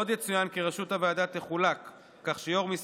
עוד יצוין כי ראשות הוועדה תחולק כך שיושב-ראש